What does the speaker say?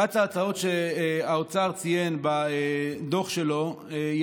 אחת ההצעות שהאוצר ציין בדוח שלו היא